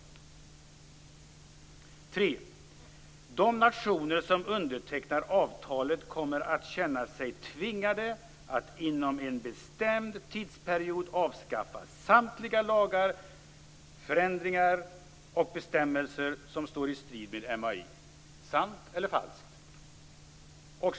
För det tredje: De nationer som undertecknar avtalet kommer att känna sig tvingade att inom en bestämd tidsperiod avskaffa samtliga lagar, förordningar och bestämmelser som står i strid med MAI. Sant eller falskt?